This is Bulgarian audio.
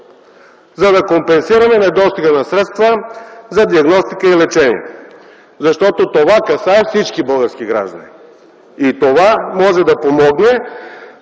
за да компенсираме недостига на средства за диагностика и лечение. Защото това касае всички български граждани и това може да помогне